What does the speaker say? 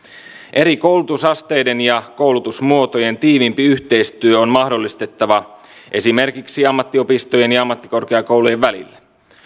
eri koulutusasteiden ja koulutusmuotojen tiiviimpi yhteistyö on mahdollistettava esimerkiksi ammattiopistojen ja ammattikorkeakoulujen välillä